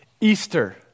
Easter